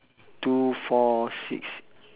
two four six